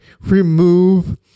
remove